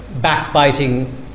backbiting